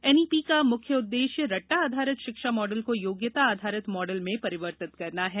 NEP का मुख्य उद्देश्य रट्टा आधारित शिक्षा मॉडल को योग्यता आधारित मॉडल में परिवर्तित करना है